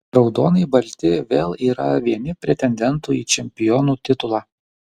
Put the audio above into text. raudonai balti vėl yra vieni pretendentų į čempionų titulą